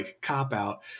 cop-out